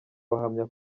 bahamya